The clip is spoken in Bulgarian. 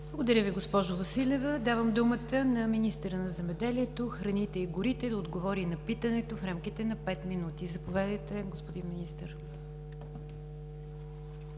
Благодаря Ви, госпожо Василева. Давам думата на министъра на земеделието, храните и горите да отговори на питането в рамките на пет минути. Заповядайте, господин Министър.